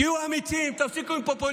היו אמיצים, הפסיקו עם הפופוליזם.